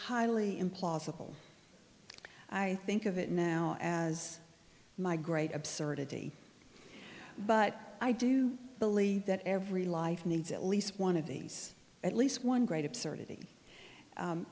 highly implausible i think of it now as my great absurdity but i do believe that every life needs at least one of these at least one great absurdity